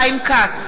חיים כץ,